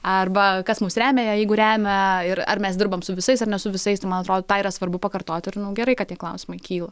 arba kas mus remia jeigu remia ir ar mes dirbam su visais ar ne su visais man atrodo tą yra svarbu pakartoti ir gerai kad tie klausimai kyla